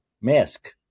mask